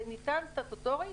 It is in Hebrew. סטטוטורית